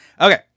Okay